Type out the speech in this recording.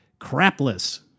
crapless